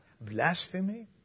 blasphemy